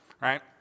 right